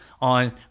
on